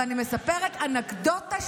ואני מספרת אנקדוטה